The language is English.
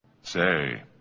say